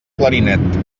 clarinet